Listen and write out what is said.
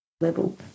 level